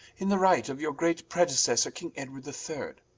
in the right of your great predecessor, king edward the third.